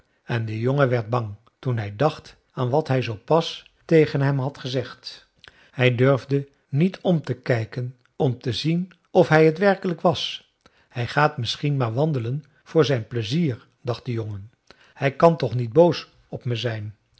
en de jongen werd bang toen hij dacht aan wat hij zoo pas tegen hem had gezegd hij durfde niet om te kijken om te zien of hij het werkelijk was hij gaat misschien maar wandelen voor zijn pleizier dacht de jongen hij kan toch niet boos op me zijn